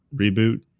reboot